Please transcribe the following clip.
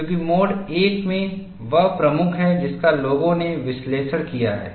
क्योंकि mode I में वह प्रमुख है जिसका लोगों ने विश्लेषण किया है